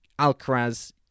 Alcaraz